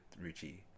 ruchi